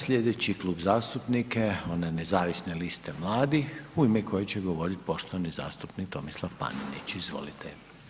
Slijedeći Klub zastupnika je onaj nezavisne liste mladih u ime kojeg će govoriti poštovani zastupnik Tomislav Panenić, izvolite.